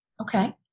Okay